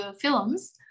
films